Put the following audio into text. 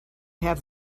have